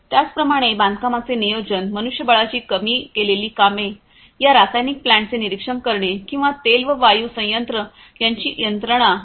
त्याचप्रमाणे बांधकामांचे नियोजन मनुष्यबळाची कमी केलेली कामे या रासायनिक प्लांटचे निरीक्षण करणे किंवा तेल व वायू संयंत्र त्यांची यंत्रणा इ